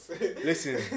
Listen